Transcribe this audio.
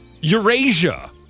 Eurasia